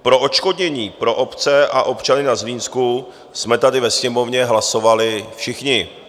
Pro odškodnění pro obce a občany na Zlínsku jsme tady ve Sněmovně hlasovali všichni.